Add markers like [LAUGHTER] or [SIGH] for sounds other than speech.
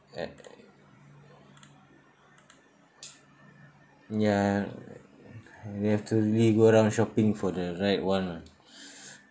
uh ya [BREATH] you have to really go down shopping for the right one ah [BREATH]